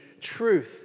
truth